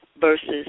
versus